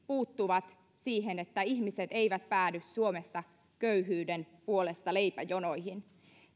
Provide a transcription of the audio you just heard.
puuttuvat niin että ihmiset eivät päädy suomessa köyhyyden puolesta leipäjonoihin